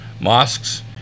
mosques